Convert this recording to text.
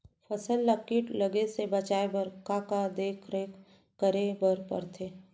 फसल ला किट लगे से बचाए बर, का का देखरेख करे बर परथे?